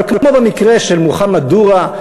אבל כמו במקרה של מוחמד אל-דורה,